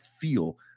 feel